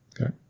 Okay